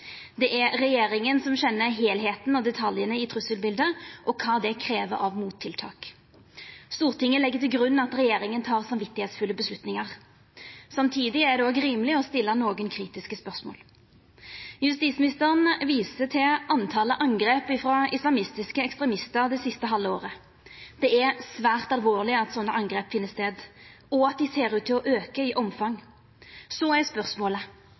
Det er regjeringa som kjenner heilskapen og detaljane i trusselbiletet, og kva det krev av mottiltak. Stortinget legg til grunn at regjeringa tek samvitsfulle avgjerder. Samtidig er det òg rimeleg å stilla nokre kritiske spørsmål. Justisministeren viste til talet på angrep frå islamistiske ekstremistar det siste halve året. Det er svært alvorleg at slike angrep finn stad, og at dei ser ut til å auka i omfang. Så er spørsmålet: